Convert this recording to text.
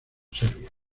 serbia